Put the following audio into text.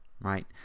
right